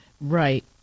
Right